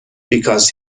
because